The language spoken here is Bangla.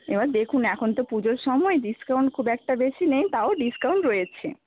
এবার দেখুন এখন তো পুজোর সময় ডিসকাউন্ট খুব একটা বেশি নেই তাও ডিসকাউন্ট রয়েছে